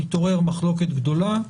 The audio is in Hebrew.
תתעורר מחלוקת גדולה,